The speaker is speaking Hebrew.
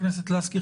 חברת הכנסת לסקי,